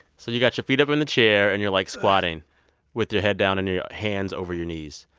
so you've got your feet up on the chair and you're, like, squatting with your head down and your hands over your knees.